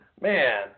Man